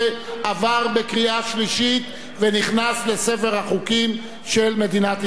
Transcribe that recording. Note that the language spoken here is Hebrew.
עבר בקריאה שלישית ונכנס לספר החוקים של מדינת ישראל.